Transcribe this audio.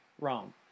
wrong